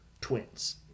twins